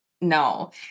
no